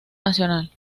nacional